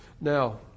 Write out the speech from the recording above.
Now